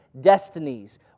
destinies